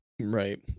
Right